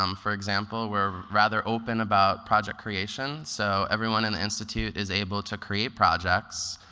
um for example, we're rather open about project creation. so everyone in the institute is able to create projects,